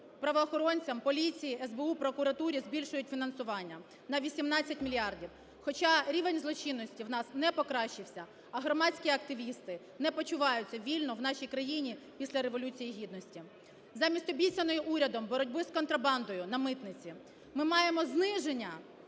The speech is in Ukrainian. (правоохоронцям, поліції, СБУ, прокуратурі) збільшують фінансування на 18 мільярдів, хоча рівень злочинності у нас не покращився, а громадські активісти не почуваються вільно в нашій країні після Революції Гідності. Замість обіцяної урядом боротьби з контрабандою на митниці ми маємо зниження,